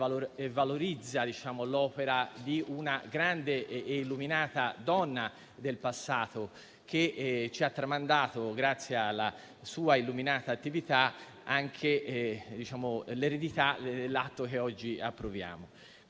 valorizza l'opera di una grande e illuminata donna del passato, la quale ci ha tramandato, grazie alla sua illuminata attività, l'eredità dell'atto che oggi approviamo.